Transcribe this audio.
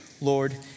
Lord